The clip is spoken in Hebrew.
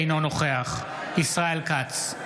אינו נוכח ישראל כץ,